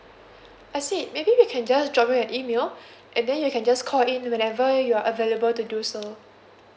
I see maybe we can just drop you an email and then you can just call in whenever you are available to do so